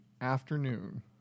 afternoon